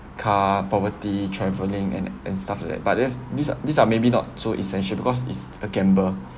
car property traveling and and stuff like that but there's these these are maybe not so essential because is a gamble